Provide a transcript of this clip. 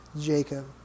Jacob